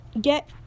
get